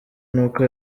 n’uko